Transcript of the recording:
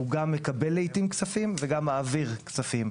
הוא גם מקבל כספים וגם מעביר כספים.